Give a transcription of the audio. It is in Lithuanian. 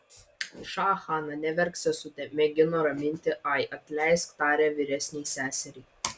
ša hana neverk sesute mėgino raminti ai atleisk tarė vyresnei seseriai